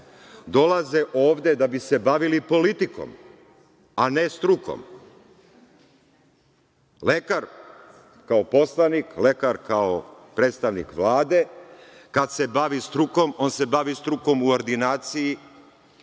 dolaze ovde da bi se bavili politikom, a ne strukom. Lekar, kao poslanik, lekar kao predstavnik Vlade kad se bavi strukom on se bavi strukom u ordinaciji